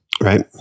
right